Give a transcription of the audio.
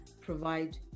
provide